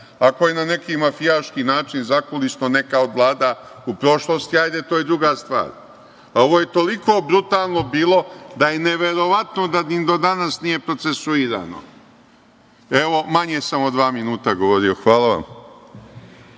Ako je na neki mafijaški način, zakulisno, neka od vlada u prošlosti, hajde, to je druga stvar. Ovo je toliko brutalno bilo da je neverovatno da ni do danas nije procesuirano. Evo, manje sam od dva minuta govorio. Hvala vam.